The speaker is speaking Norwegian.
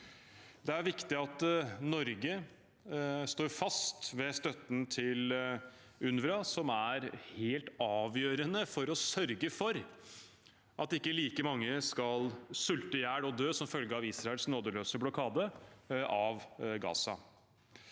Det er viktig at Norge står fast ved støtten til UNRWA, som er helt avgjørende for å sørge for at ikke like mange skal sulte i hjel og dø som følge av Israels nådeløse blokade av Gaza.